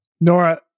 Nora